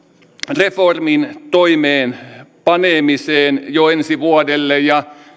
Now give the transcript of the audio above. reformin toimeenpanemiseen jo ensi vuodelle ja